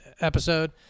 episode